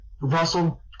Russell